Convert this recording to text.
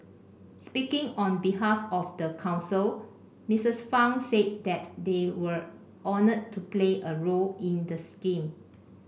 speaking on behalf of the council Mistress Fang said that they were honoured to play a role in the scheme